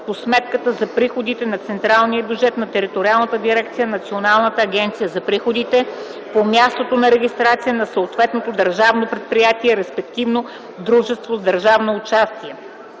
по сметката за приходите на централния бюджет на териториална дирекция на Националната агенция за приходите по мястото на регистрация на съответното държавно предприятие, респективно дружество с държавно участие.